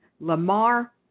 Lamar